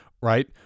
right